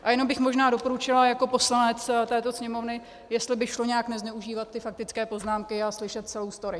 A jenom bych možná doporučila jako poslanec této Sněmovny, jestli by šlo nějak nezneužívat ty faktické poznámky a slyšet celou story.